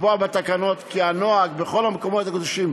לקבוע בתקנות כי הנוהג בכל המקומות הקדושים,